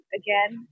again